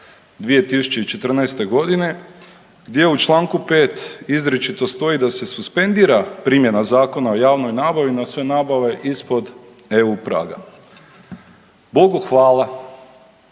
2014. g. gdje u čl. 4 izričito stoji da se suspendira primjena Zakona o javnoj nabavi na sve nabave ispod EU praga. Bogu hvala,